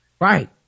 Right